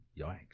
Yikes